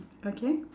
okay